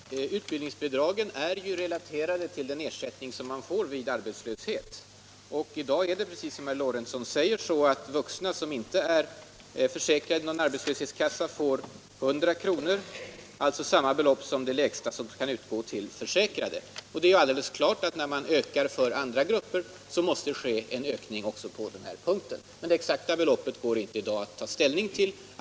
Herr talman! Utbildningsbidragen är relaterade till den ersättning som man får vid arbetslöshet. I dag är det, precis som herr Lorentzon säger, så, att vuxna som inte är försäkrade i någon arbetslöshetskassa får 100 kr., alltså samma belopp som det lägsta som kan utgå till försäkrade. Det är alldeles klart att det, när man ökar för andra grupper, måste ske en ökning också på den här punkten. Det exakta beloppet går det inte att ta ställning till i dag.